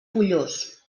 pollós